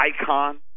icon